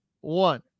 one